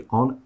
on